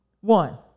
one